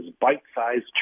bite-sized